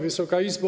Wysoka Izbo!